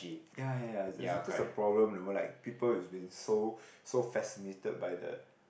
ya ya ya that's a problem know like people is been so so fascinated by the